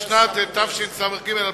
משנת תשס"ג 2002,